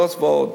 זאת ועוד,